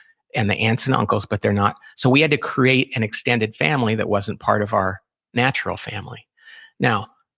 and the aunts and uncles, but they're not. so we had to create an extended family that wasn't part of our natural family now,